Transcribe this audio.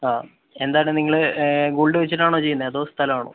ആ എന്താണ് നിങ്ങള് ഗോൾഡ് വെച്ചിട്ടാണോ ചെയ്യുന്നത് അതോ സ്ഥലമാണോ